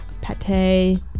pate